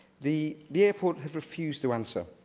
the the airport have refused to answer.